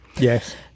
Yes